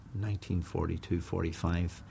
1942-45